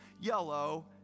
yellow